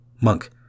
monk